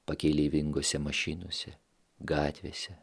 pakeleivingose mašinose gatvėse